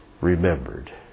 remembered